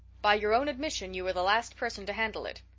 by your own admission you were the last person to handle it.